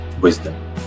wisdom